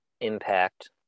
impact